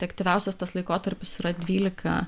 efektyviausias tas laikotarpis yra dvylika